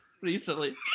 recently